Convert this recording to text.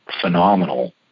phenomenal